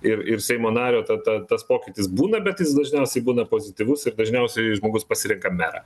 ir ir seimo nario ta ta tas pokytis būna bet jis dažniausiai būna pozityvus ir dažniausiai žmogus pasirenka merą